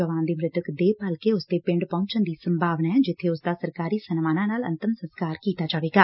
ਜਵਾਨ ਦੀ ਮੁਿਤਕ ਦੇਹ ਭਲਕੇ ਉਸਦੇ ਪਿੰਡ ਪਹੁੰਚਣ ਦੀ ਸੰਭਾਵਨਾ ਐ ਜਿਬੇ ਉਸ ਦਾ ਸਰਕਾਰੀ ਸਨਮਾਨਾਂ ਨਾਲ ਅੰਤਮ ਸੰਸਕਾਰ ਕੀਤਾ ਜਾਵੇਗਾ